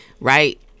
right